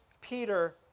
Peter